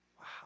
Wow